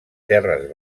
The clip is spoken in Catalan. terres